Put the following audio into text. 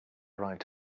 right